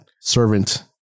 Servant